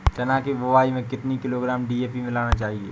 चना की बुवाई में कितनी किलोग्राम डी.ए.पी मिलाना चाहिए?